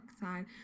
side